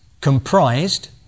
comprised